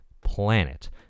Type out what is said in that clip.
planet